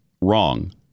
wrong